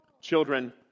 Children